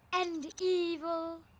and evil?